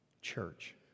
church